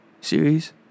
series